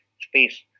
space